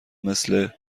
مثل